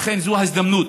לכן, זאת הזדמנות